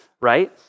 Right